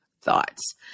thoughts